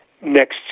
next